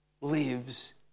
lives